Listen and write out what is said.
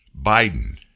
Biden